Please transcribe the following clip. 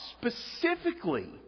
specifically